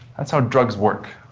that's how drugs work.